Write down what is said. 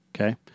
Okay